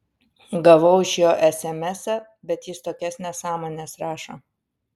gavau iš jo esemesą bet jis tokias nesąmones rašo